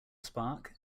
spark